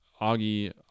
Augie